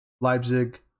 Leipzig